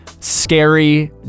scary